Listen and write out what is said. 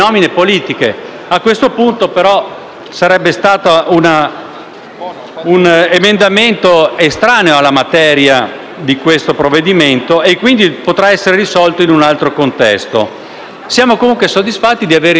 sarebbe stato un emendamento estraneo alla materia del provvedimento e, quindi, ciò potrà essere risolto in un altro contesto. Siamo comunque soddisfatti di aver evitato un danno.